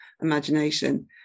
imagination